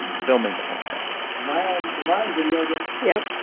filming the whole thing am i on video again? yeah.